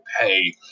pay